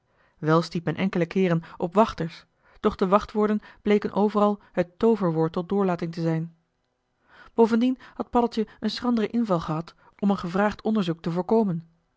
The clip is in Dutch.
wel stiet men enkele keeren op wachters doch de wachtwoorden bleken overal het tooverwoord tot doorlating te zijn bovendien had paddeltje een schranderen inval gehad om een gevraagd onderzoek te voorkomen